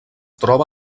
troba